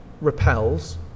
repels